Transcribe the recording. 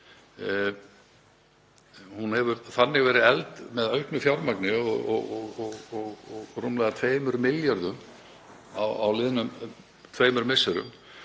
hefur þannig verið efld með auknu fjármagni, með rúmlega 2 milljörðum, á liðnum tveimur misserum.